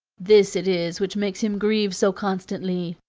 this it is which makes him grieve so constantly.